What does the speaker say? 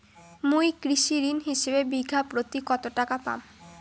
মুই কৃষি ঋণ হিসাবে বিঘা প্রতি কতো টাকা পাম?